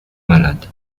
malade